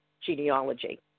genealogy